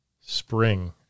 spring